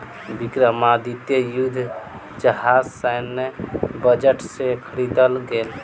विक्रमादित्य युद्ध जहाज सैन्य बजट से ख़रीदल गेल